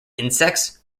insects